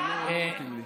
אני, לא מתאים לי.